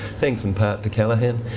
thanks in part to callaghan,